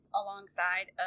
alongside